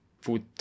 food